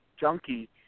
junkie